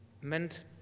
meant